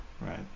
Right